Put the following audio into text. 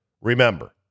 Remember